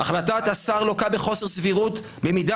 "החלטת השר לוקה בחוסר סבירות במידה